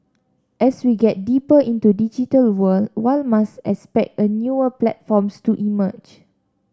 as we get deeper into digital world one must expect a newer platforms to emerge